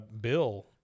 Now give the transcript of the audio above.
bill